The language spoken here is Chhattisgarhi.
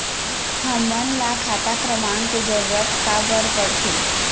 हमन ला खाता क्रमांक के जरूरत का बर पड़थे?